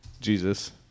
Jesus